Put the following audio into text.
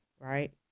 Right